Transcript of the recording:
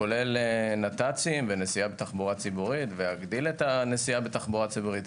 כולל נת"צים ונסיעה בתחבורה ציבורית ולהגדיל את הנסיעה בתחבורה ציבורית.